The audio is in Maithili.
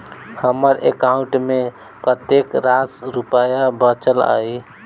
हम्मर एकाउंट मे कतेक रास रुपया बाचल अई?